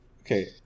Okay